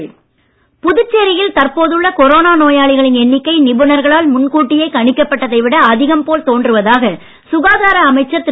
மல்லாடி புதுச்சேரியில் தற்போது உள்ள கொரோனா நோயாளிகளின் எண்ணிக்கை நிபுணர்களால் முன் கூட்டியே கணிக்கப்பட்டதை விட அதிகம் போல் தோன்றுவதாக சுகாதார அமைச்சர் திரு